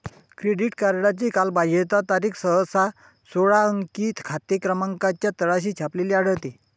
credit कार्डची कालबाह्यता तारीख सहसा सोळा अंकी खाते क्रमांकाच्या तळाशी छापलेली आढळते